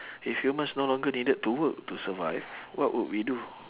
if humans no longer needed to work to survive what would we do